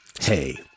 Hey